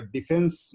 Defense